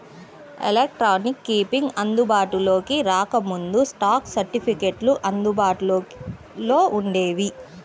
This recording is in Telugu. ఎలక్ట్రానిక్ కీపింగ్ అందుబాటులోకి రాకముందు, స్టాక్ సర్టిఫికెట్లు అందుబాటులో వుండేవి